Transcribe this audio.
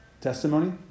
testimony